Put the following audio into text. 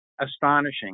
astonishing